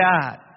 God